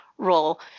role